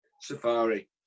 safari